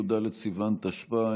י"ד בסיוון תשפ"א,